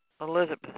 Elizabeth